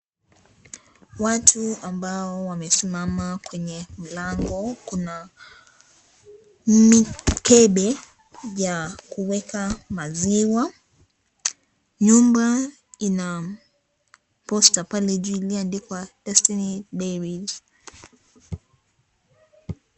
Watu ambao wamesimama kwenye mlango, kuna mikebe ya kuweka maziwa. Nyumba ina posta pale juu iliyo andikwa Destiny Dairies .